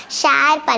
share